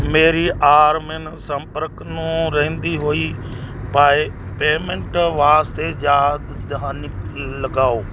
ਮੇਰੀ ਆਰਮਿਨ ਸੰਪਰਕ ਨੂੰ ਰਹਿੰਦੀ ਹੋਈ ਪਾਏ ਪੇਮੈਂਟ ਵਾਸਤੇ ਯਾਦ ਦਹਾਨੀ ਲਗਾਓ